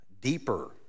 deeper